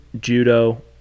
Judo